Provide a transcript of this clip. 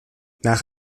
nach